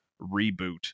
reboot